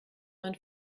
man